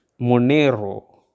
Monero